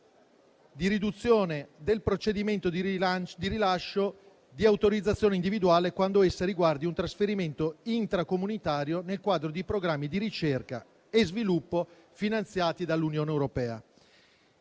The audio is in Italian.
di durata del procedimento di rilascio di autorizzazione individuale quando essa riguardi un trasferimento intracomunitario da effettuare nel quadro di programmi di ricerca e sviluppo finanziati dall'Unione europea.